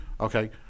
Okay